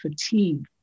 fatigue